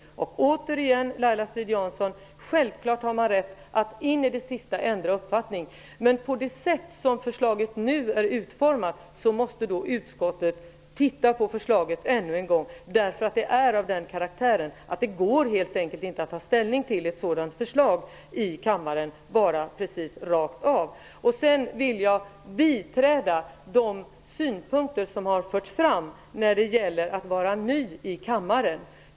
Återigen vill jag säga, Laila Strid-Jansson, att man självfallet har rätt att in i det sista ändra uppfattning. Men på det sätt som förslaget nu är utformat måste utskottet se närmare på förslaget. Förslaget är nämligen av den karaktären att det helt enkelt inte går att ta ställning till, rakt av, i kammaren. Jag vill också biträda de synpunkter som förts fram när det gäller att vara ny i kammaren.